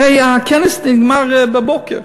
הרי הכנס נגמר בבוקר,